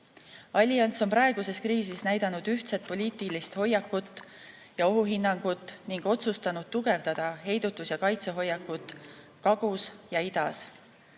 Allianss on praeguses kriisis näidanud ühtset poliitilist hoiakut ja ohuhinnangut ning otsustanud tugevdada heidutus‑ ja kaitsehoiakut kagus ja idas.